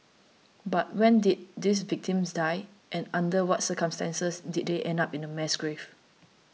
but when did these victims die and under what circumstances did they end up in a mass grave